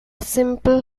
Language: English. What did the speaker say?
simple